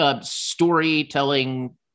storytelling